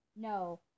no